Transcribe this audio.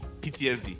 PTSD